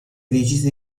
decisa